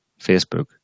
Facebook